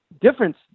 difference